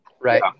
Right